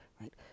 right